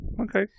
Okay